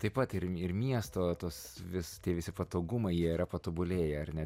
taip pat ir ir miesto tos vis tie visi patogumai jie yra patobulėję ar ne